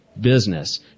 business